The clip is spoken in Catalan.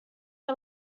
que